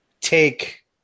Take